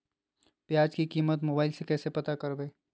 प्याज की कीमत मोबाइल में कैसे पता करबै?